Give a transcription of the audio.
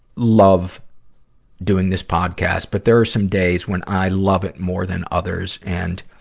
love doing this podcast. but there are some days when i love it more than others. and,